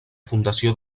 fundació